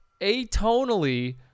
atonally